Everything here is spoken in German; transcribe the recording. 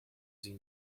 sie